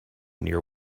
near